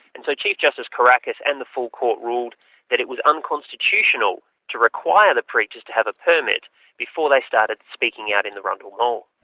and so chief justice kourakis and the full court ruled that it was unconstitutional to require the preachers to have a permit before they started speaking out in the rundle mall.